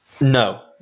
No